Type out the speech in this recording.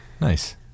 nice